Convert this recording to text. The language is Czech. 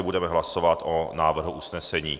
Budeme hlasovat o návrhu usnesení.